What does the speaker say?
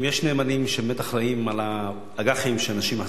אם יש נאמנים שבאמת אחראים לאג"חים שאנשים מחזיקים,